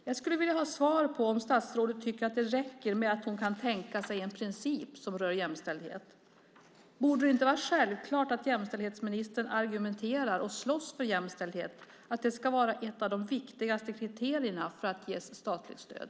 Jag skulle vilja ha svar på om statsrådet tycker att det räcker att hon kan tänka sig en princip som rör jämställdhet. Borde det inte vara självklart att jämställdhetsministern argumenterar och slåss för jämställdhet, att det ska vara ett av de viktigaste kriterierna för att ge statligt stöd?